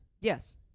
Yes